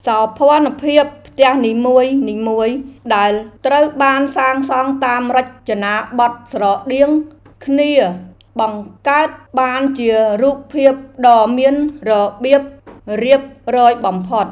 សោភ័ណភាពផ្ទះនីមួយៗដែលត្រូវបានសាងសង់តាមរចនាបថស្រដៀងគ្នបង្កើតបានជារូបភាពដ៏មានរបៀបរៀបរយបំផុត។